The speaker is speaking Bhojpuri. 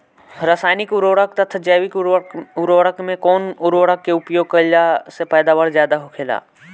रसायनिक उर्वरक तथा जैविक उर्वरक में कउन उर्वरक के उपयोग कइला से पैदावार ज्यादा होखेला?